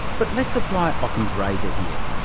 but let's apply ockham's razor here.